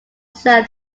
sell